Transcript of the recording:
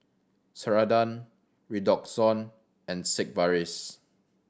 Ceradan Redoxon and Sigvaris